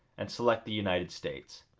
and select the united states.